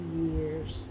years